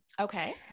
Okay